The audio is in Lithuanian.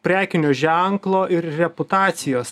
prekinio ženklo ir reputacijos